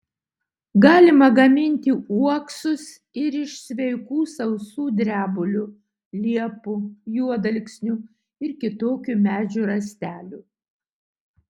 galima gaminti uoksus ir iš sveikų sausų drebulių liepų juodalksnių ir kitokių medžių rąstelių